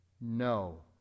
No